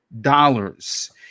dollars